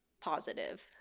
positive